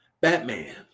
Batman